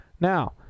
Now